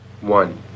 One